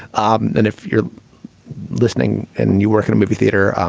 and if you're listening and you work in a movie theater, um